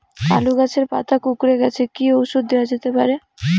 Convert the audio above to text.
আলু গাছের পাতা কুকরে গেছে কি ঔষধ দেওয়া যেতে পারে?